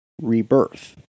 rebirth